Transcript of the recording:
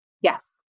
Yes